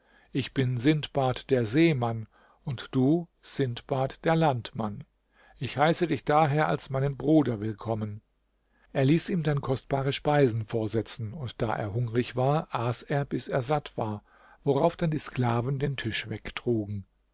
ich bin sindbad der seemann und du sindbad der landmann ich heiße dich daher als meinen bruder willkommen er ließ ihm dann kostbare speisen vorsetzen und da er hungrig war aß er bis er satt war worauf dann die sklaven den tisch wegtrugen